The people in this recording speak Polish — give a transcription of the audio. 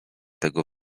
tego